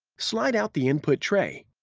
slide out the input tray.